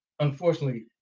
unfortunately